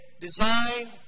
designed